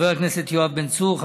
חבר הכנסת יואב בן צור,